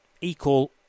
equal